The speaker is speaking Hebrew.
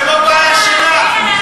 זה לא בעיה שלה.